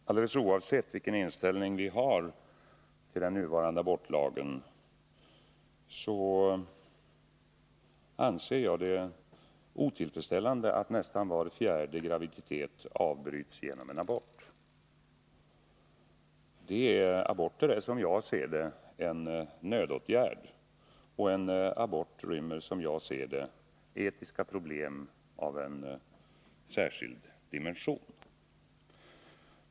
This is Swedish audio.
Herr talman! Alldeles oavsett vilken inställning man har till den nuvarande abortlagen anser jag det otillfredsställande att nästan var fjärde graviditet avbryts genom abort. Som jag ser det är en abort en nödåtgärd och rymmer etiska problem av en särskild dimension.